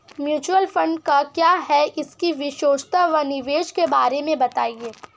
Mutual fund क्या है इसकी विशेषता व निवेश के बारे में बताइये?